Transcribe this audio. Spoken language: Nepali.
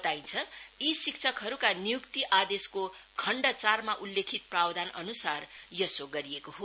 बताइन्छ यी शिक्षकहरुका नियुक्ति आदेशको खण्ड चारमा उल्लेखित प्रावधानअनुसार यसो गरिएको हो